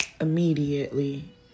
immediately